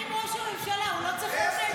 מה עם ראש הממשלה, הוא לא צריך אומץ?